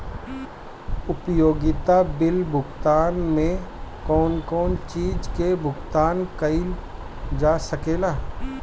उपयोगिता बिल भुगतान में कौन कौन चीज के भुगतान कइल जा सके ला?